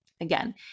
Again